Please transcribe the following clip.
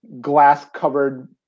glass-covered